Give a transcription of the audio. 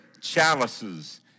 chalices